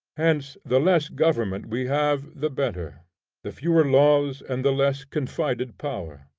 hence the less government we have the better the fewer laws, and the less confided power.